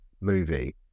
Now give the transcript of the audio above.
movie